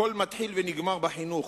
הכול מתחיל ונגמר בחינוך,